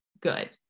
good